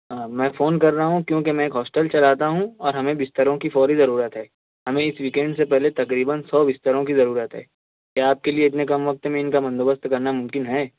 ہاں میں فون کر رہا ہوں کیونکہ میں ایک ہاسٹل چلاتا ہوں اور ہمیں بستروں کی فوری ضرورت ہے ہمیں اس ویک اینڈ سے پہلے تقریباََ سو بستروں کی ضرورت ہے کیا آپ کے لئے اتنے کم وقت میں ان کا بند و بست کرنا ممکن ہے